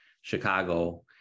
Chicago